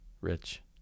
rich